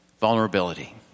vulnerability